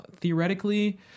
theoretically